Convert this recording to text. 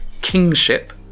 kingship